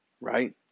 right